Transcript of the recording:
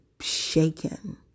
shaken